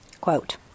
Quote